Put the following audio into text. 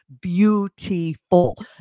beautiful